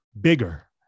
bigger